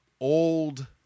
old